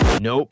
Nope